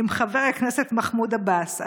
עם חבר הכנסת מחמוד עבאס.